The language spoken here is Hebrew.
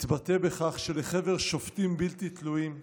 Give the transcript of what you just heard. תתבטא בכך שלחבר שופטים בלתי תלויים תוענק,